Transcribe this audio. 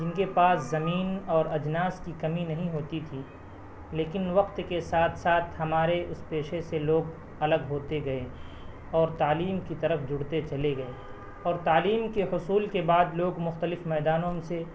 جن کے پاس زمین او اجناس کی کمی نہیں ہوتی تھی لیکن وقت کے ساتھ ساتھ ہمارے اس پیشے سے لوگ الگ ہوتے گئے اور تعلیم کی طرف جڑتے چلے گئے اور تعلیم کے حصول کے بعد لوگ مختلف میدانوں سے